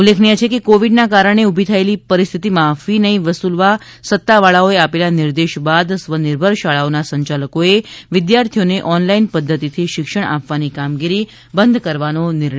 ઉલ્લેખનીય છે કે કોવિડના કારણે ઉભી થયેલી પરિસ્થિતિમાં ફી નહિં વસુલવા સત્તાવાળાઓએ આપેલા નિર્દેશ બાદ સ્વનિર્ભર શાળાઓના સંચાલકોએ વિદ્યાર્થીઓને ઓનલાઇન પદ્ધતિથી શિક્ષણ આપવાની કામગીરી બંધ કરવાનો નિર્ણય લીધો હતો